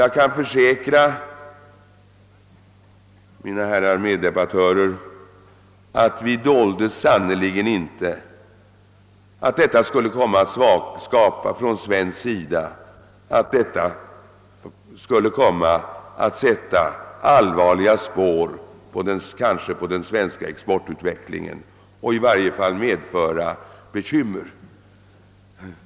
Jag kan försäkra mina herrar meddebattörer att vi från svensk sida sannerligen inte dolde att åtgärderna skulle komma att sätta allvarliga spår i den svenska exportutvecklingen och i varje fall medföra bekymmer.